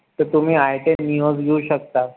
तर तुम्ही I ten NIOS घेऊ शकता